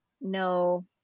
no